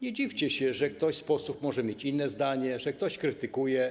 Nie dziwcie się, że ktoś z posłów może mieć inne zdanie, że ktoś coś krytykuje.